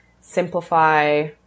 simplify